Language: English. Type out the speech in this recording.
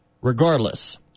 Regardless